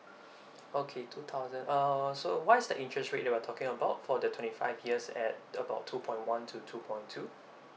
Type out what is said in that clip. okay two thousand uh so what is the interest rate you're talking about for the twenty five years at about two point one to two point two